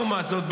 לעומת זאת,